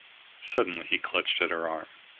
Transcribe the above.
suddenly he clutched at her arm.